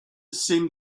seemed